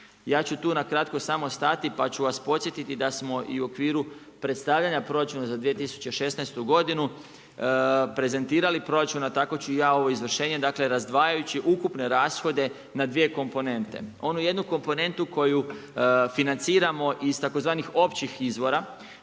Ja ću tu nakratko samo stati, pa ću vas podsjetiti da smo i u okviru predstavljanja proračuna za 2016. godinu, prezentirali proračun, a tako ću i ja ovo izvršenje, dakle, razdvajajući ukupne rashode na 2 komponente. Ono jednu komponentu koju financiramo iz tzv. općih izvora,